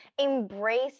Embrace